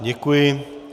Děkuji.